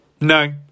No